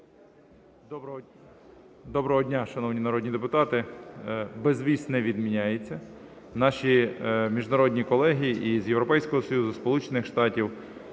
Доброго дня, шановні народні депутати. Безвіз не відміняється. Наші міжнародні колеги і з Європейського Союзу, зі Сполучених Штатів